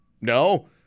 No